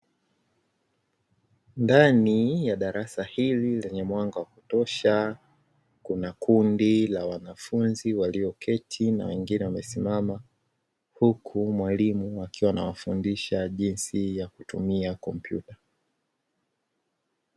Ndani ya darasa hili lenye mwanga wa kutosha, kuna kundi la wanafunzi walioketi na wengine wamesimama, huku mwalimu akiwa anawafundisha jinsi ya kutumia kompyuta.